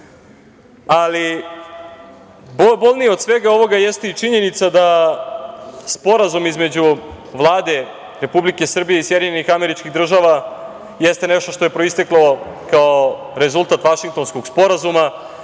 bolnije od svega ovoga jeste i činjenica da sporazum između Vlade Republike Srbije i Sjedinjenih Američkih Država jeste nešto što je proisteklo kao rezultat Vašingtonskog sporazuma.